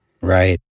Right